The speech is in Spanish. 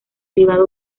privada